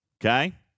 Okay